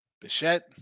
Bichette